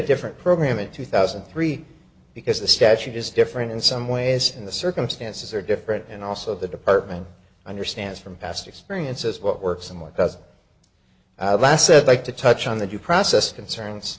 different program in two thousand and three because the statute is different in some ways in the circumstances are different and also the department understands from past experiences what works and what doesn't last said like to touch on the due process concerns